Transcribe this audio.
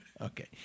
Okay